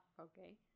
okay